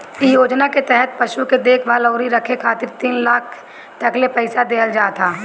इ योजना के तहत पशु के देखभाल अउरी रखे खातिर तीन लाख तकले पईसा देहल जात ह